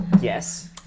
Yes